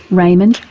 raymond,